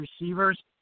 receivers